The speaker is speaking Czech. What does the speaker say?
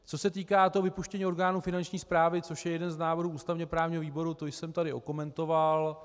Co se týká vypuštění orgánu Finanční správy, což je jeden z návrhů ústavněprávního výboru, to jsem tady okomentoval.